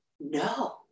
no